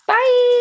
Bye